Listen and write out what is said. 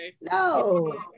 no